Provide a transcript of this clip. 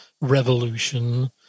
revolution